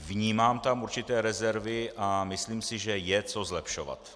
Vnímám tam určité rezervy a myslím si, že je co zlepšovat.